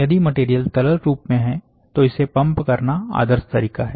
यदि मटेरियल तरल रूप में है तो इसे पंप करना आदर्श तरीका है